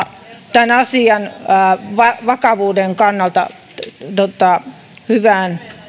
tämän asian todellisen vakavuuden kannalta hyvään